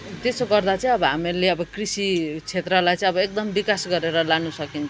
त्यसो गर्दा चाहिँ अब हामीले अब कृषि क्षेत्रलाई चाहिँ अब एकदम विकास गरेर लानु सकिन्छ